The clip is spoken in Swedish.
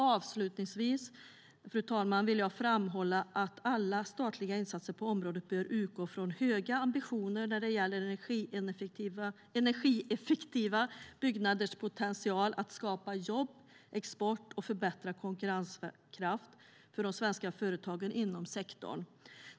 Avslutningsvis, fru talman, vill jag framhålla att alla statliga insatser på området bör utgå från höga ambitioner när det gäller energieffektiva byggnaders potential att skapa jobb, export och förbättrad konkurrenskraft för de svenska företagen inom sektorn.